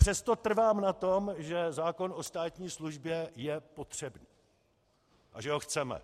Přesto trvám na tom, že zákon o státní službě je potřebný a že ho chceme.